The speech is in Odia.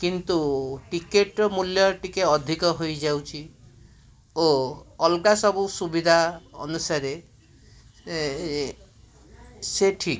କିନ୍ତୁ ଟିକେଟର ମୂଲ୍ୟ ଟିକେ ଅଧିକ ହୋଇଯାଉଛି ଓ ଅଲଗା ସବୁ ସୁବିଧା ଅନୁସାରେ ଏ ସେ ଠିକ୍